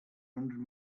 hundred